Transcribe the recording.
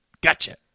Gotcha